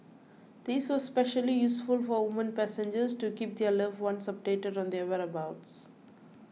this was especially useful for women passengers to keep their loved ones updated on their whereabouts